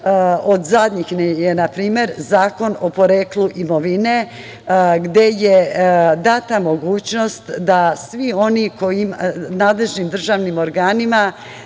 od zadnjih je, na primer, Zakon o poreklu imovine, gde je data mogućnost nadležnim državnim organima